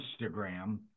Instagram